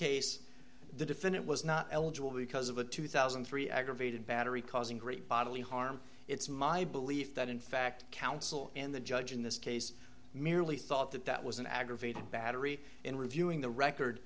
case the defendant was not eligible because of a two thousand and three aggravated battery causing great bodily harm it's my belief that in fact counsel and the judge in this case merely thought that that was an aggravated battery in reviewing the record